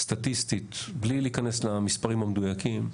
סטטיסטית בלי להיכנס למספרים המדויקים,